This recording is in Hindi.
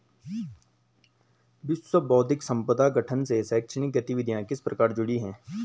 विश्व बौद्धिक संपदा संगठन से शैक्षणिक गतिविधियां किस प्रकार जुड़ी हैं?